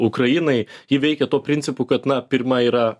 ukrainai ji veikia tuo principu kad na pirma yra